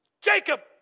Jacob